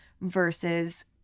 versus